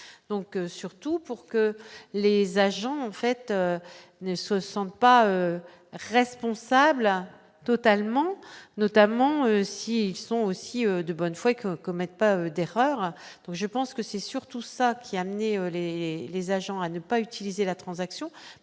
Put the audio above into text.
donc surtout pour que les agents ont fait ne se sentent pas responsables totalement notamment s'ils sont aussi de bonne foi que commettent pas d'erreur, donc je pense que c'est surtout ça qui a amené les agents à ne pas utiliser la transaction,